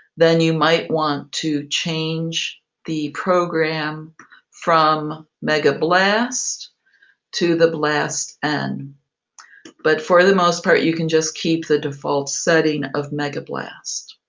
then you might want to change the program from megablast to the blastn. and but for the most part, you can just keep the default setting of megablast.